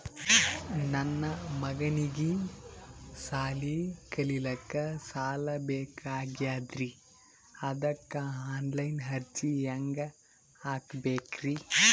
ನನ್ನ ಮಗನಿಗಿ ಸಾಲಿ ಕಲಿಲಕ್ಕ ಸಾಲ ಬೇಕಾಗ್ಯದ್ರಿ ಅದಕ್ಕ ಆನ್ ಲೈನ್ ಅರ್ಜಿ ಹೆಂಗ ಹಾಕಬೇಕ್ರಿ?